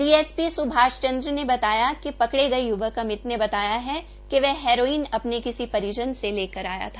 DSP Subhash Chandra ने बताया कि पकड़े गये युवक अमित ने बताया है कि वह हेरोइन अपने किसी परिजन से लेकर आया था